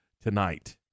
tonight